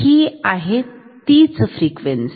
ही आहे तीच फ्रिक्वेन्सी